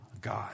God